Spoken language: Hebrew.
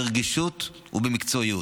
ברגישות ובמקצועיות.